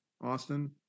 austin